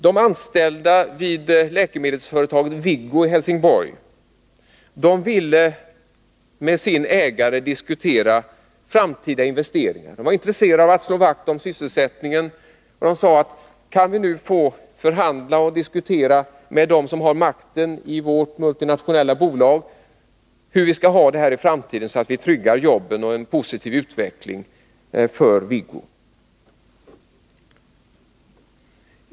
De anställda vid läkemedelsföretaget Viggo i Helsingborg ville med sin ägare diskutera framtida investeringar. De var intresserade av att slå vakt om sysselsättningen och sade: Kan vi nu få diskutera och förhandla med dem som har makten i vårt multinationella bolag hur vi skall ha det i framtiden, så att vi tryggar jobben och en positiv utveckling för Viggo?